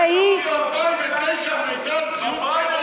בפריימריז הוא זייף,